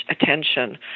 attention